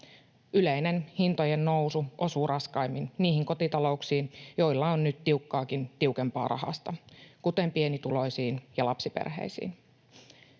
Yleinen hintojen nousu osuu raskaimmin niihin kotitalouksiin, joilla on nyt tiukkaakin tiukempaa rahasta, kuten pienituloisiin ja lapsiperheisiin.